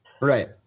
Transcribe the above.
Right